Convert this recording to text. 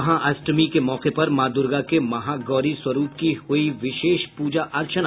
महाअष्टमी के मौके पर माँ दुर्गा के महागौरी स्वरूप की हुई विशेष पूजा अर्चना